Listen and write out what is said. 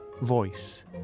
voice